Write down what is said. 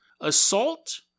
assault